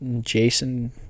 Jason